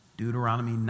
Deuteronomy